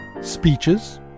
speeches